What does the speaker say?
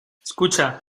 escucha